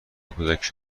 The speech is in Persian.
کودکش